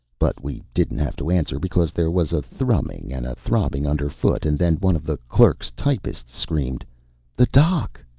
but we didn't have to answer, because there was a thrumming and a throbbing underfoot, and then one of the clerks, typists screamed the dock!